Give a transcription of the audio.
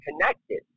connected